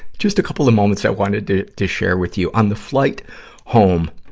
just a couple of moments i want to, to to share with you. on the flight home,